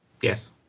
Yes